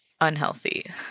unhealthy